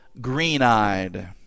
green-eyed